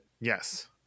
yes